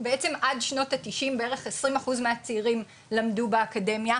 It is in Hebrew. בעצם עד שנות התשעים בערך עשרים אחוז מהצעירים למדו מהאקדמיה.